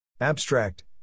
Abstract